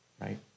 right